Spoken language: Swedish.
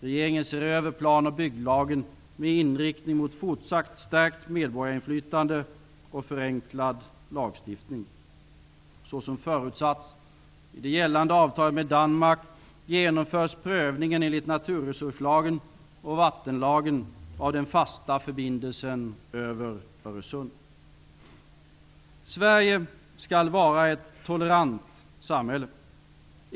Regeringen ser över plan och bygglagen med inriktning mot fortsatt stärkt medborgarinflytande och förenklad lagstiftning. Danmark genomförs prövningen enligt naturresurslagen och vattenlagen av den fasta förbindelsen över Öresund. Sverige skall vara ett tolerant samhälle.